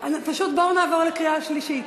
פשוט בואו נעבור לקריאה שלישית.